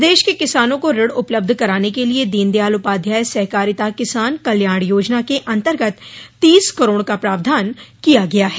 प्रदेश के किसानों को ऋण उपलब्ध कराने के लिए दीनदयाल उपाध्याय सहकारिता किसाना कल्याण योजना के अन्तर्गत तीस करोड़ का प्रावधान किया गया है